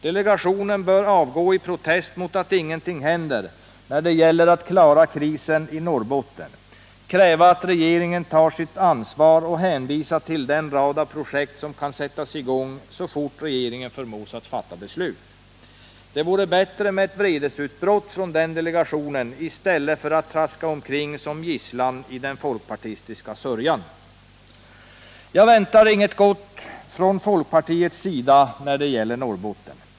Delegationen bör avgå i protest mot att ingenting händer när det gäller att klara krisen i Norrbotten, kräva att regeringen tar sitt ansvar och hänvisa till den rad av projekt som kan sättas i gång så fort regeringen kan förmås att fatta beslut. Det vore bättre med ett vredesutbrott från delegationen i stället för att den traskar omkring som gisslan i den folkpartistiska sörjan. Jag väntar inget gott från folkpartiets sida när det gäller Norrbotten.